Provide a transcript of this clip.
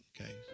okay